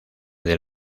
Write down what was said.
del